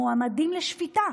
המועמדים לשפיטה: